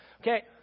Okay